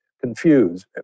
confused